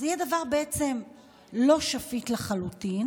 זה יהיה בעצם דבר לא שפיט לחלוטין.